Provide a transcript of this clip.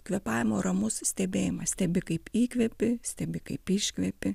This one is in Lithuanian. kvėpavimo ramus stebėjimas stebi kaip įkvepi stebi kaip iškvepi